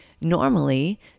normally